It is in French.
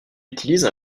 utilise